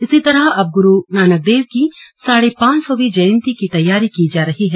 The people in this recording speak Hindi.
इसी तरह अब ग्रु नानकर्देव की साढ़े पांच सौवीं जयंती की तैयारियां की जा रही हैं